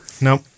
No